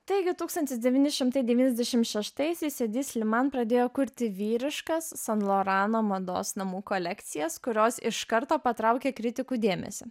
taigi tūkstantis devyni šimtai devyniasdešim šeštaisiais edi sliman pradėjo kurti vyriškas san lorano mados namų kolekcijas kurios iš karto patraukė kritikų dėmesį